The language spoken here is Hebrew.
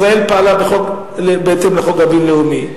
ישראל פעלה בהתאם לחוק הבין-לאומי.